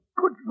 Good